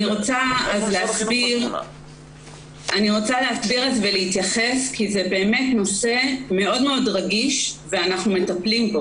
אני רוצה להסביר ולהתייחס כי זה נושא מאוד רגיש ואנחנו מטפלים בו.